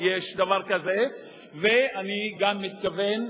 אני מבין.